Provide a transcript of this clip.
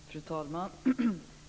Fru talman!